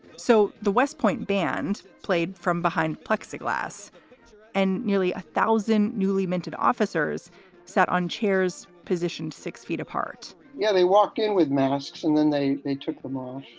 so the west point band played from behind plexiglass and nearly a thousand newly minted officers sat on chairs, positioned six feet apart yeah, they walked in with masks and then they they took them all